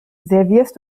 servierst